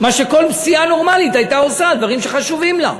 מה שכל סיעה נורמלית הייתה עושה על דברים שחשובים לה.